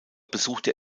besuchte